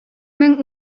мең